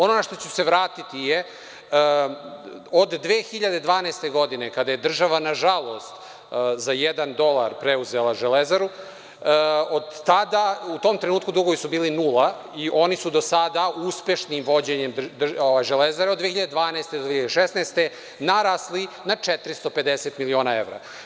Ono na šta ću se vratiti je, od 2012. godine kada je država nažalost za jedan dolar preuzela „Železaru“ u tom trenutku dugovi su bili nula i oni su do sada uspešnim vođenjem, „Železara“ od 2012. do 2016. godine narasli na 450 miliona evra.